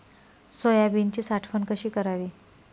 सोयाबीनची साठवण कशी करावी?